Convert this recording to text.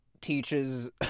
teaches